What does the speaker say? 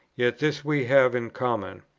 yet this we have in common,